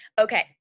okay